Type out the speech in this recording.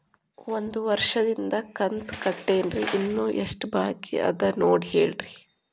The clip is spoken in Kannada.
ಒಂದು ವರ್ಷದಿಂದ ಕಂತ ಕಟ್ಟೇನ್ರಿ ಇನ್ನು ಎಷ್ಟ ಬಾಕಿ ಅದ ನೋಡಿ ಹೇಳ್ರಿ